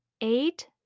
eight